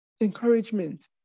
Encouragement